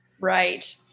Right